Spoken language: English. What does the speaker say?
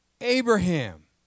Abraham